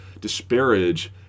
disparage